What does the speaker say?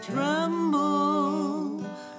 Tremble